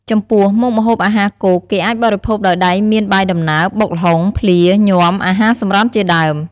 ចំពោះ មុខម្ហូបអាហារគោកគេអាចបរិភោគដោយដៃមាន បាយដំណើប បុកល្ហុង ភ្លា ញាំ អាហារសម្រន់ជាដើម។